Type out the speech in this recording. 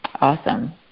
Awesome